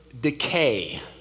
decay